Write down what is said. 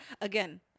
again